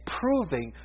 proving